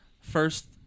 First